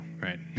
right